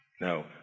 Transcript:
No